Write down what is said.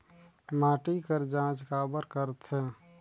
माटी कर जांच काबर करथे?